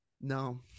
no